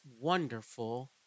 wonderful